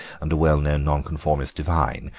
and a well-known nonconformist divine,